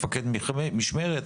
מפקד משמרת,